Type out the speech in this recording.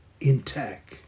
intact